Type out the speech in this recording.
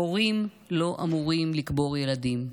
הורים לא אמורים לקבור ילדים.